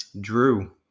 Drew